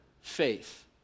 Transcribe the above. Faith